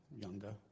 younger